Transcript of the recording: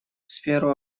сферу